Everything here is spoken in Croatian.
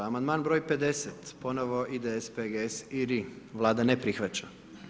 Amandman broj 50. ponovo IDS, PGS i LRI, Vlada ne prihvaća.